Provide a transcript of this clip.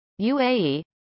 UAE